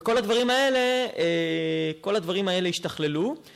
כל הדברים האלה, כל הדברים האלה השתכללו